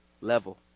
level